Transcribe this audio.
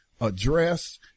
address